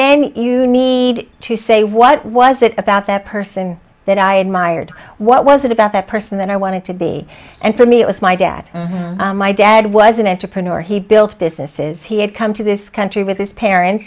then you need to say what was it about that person that i admired what was it about that person that i wanted to be and for me it was my dad my dad was an aunt to print or he built businesses he had come to this country with his parents